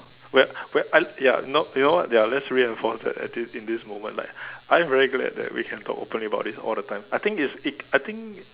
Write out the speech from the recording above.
well well I ya you know you know what ya let's reinforce that at this in this moment like I am very glad that we can talk openly about this all the time I think it's it I think